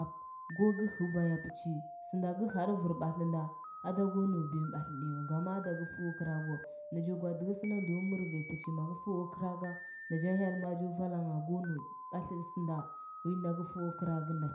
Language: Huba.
ap ko gɚ hɚ vanya pɚchi sɚnɚ kɚ hɚ tɚ vir batlenda ada go nau batlɚmyi wa gama ada gɚ fɚwo gragɚwa najo gwaa dɚhɚ sɚnda ndo mɚr vanya pɚchi magɚ fɚo graga najang hyel ma jo valangha go nau batlɚɗɚ sɚnda winda gɚ feo gragɚnda